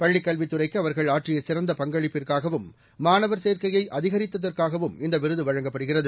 பள்ளிக் கல்வித் துறைக்கு அவர்கள் ஆற்றிய சிறந்த பங்களிப்பிற்காகவும் மாணவர் சேர்க்கையை அதிகரித்ததற்காகவும் இந்த விருது வழங்கப்படுகிறது